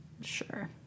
Sure